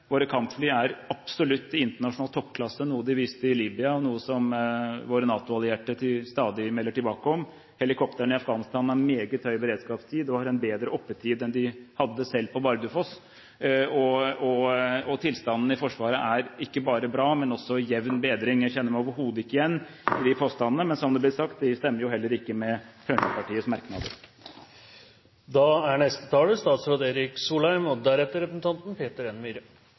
Våre kampfly er absolutt i internasjonal toppklasse, noe de viste i Libya, og noe som våre NATO-allierte stadig melder tilbake om. Helikoptrene i Afghanistan har meget høy beredskapstid og har en bedre oppetid enn de hadde selv på Bardufoss. Tilstanden i Forsvaret er ikke bare bra, men den også er i jevn bedring. Jeg kjenner meg overhodet ikke igjen i de påstandene, men som det er sagt, de stemmer jo heller ikke med Fremskrittspartiets merknader.